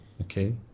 Okay